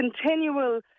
continual